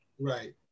Right